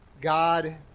God